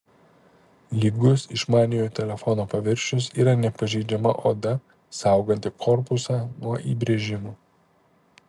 lygus išmaniojo telefono paviršius yra nepažeidžiama oda sauganti korpusą nuo įbrėžimų